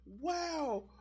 wow